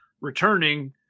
returning